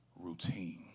routine